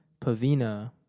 Pavina